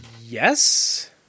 Yes